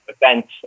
events